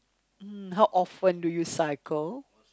mm how often do you cycle